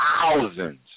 thousands